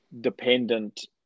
dependent